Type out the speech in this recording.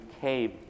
came